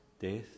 death